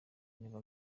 never